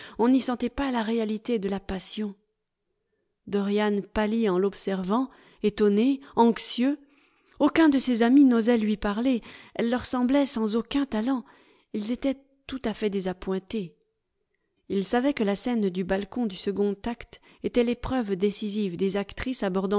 on n'y sentait pas la réalité de la passion dorian pâlit en l'observant étonné anxieux aucun de ses amis n'osait lui parler elle leur semblait sans aucun talent ils étaient tout à fait désappointés ils savaient que la scène du balcon du second acte était l'épreuve décisive des actrices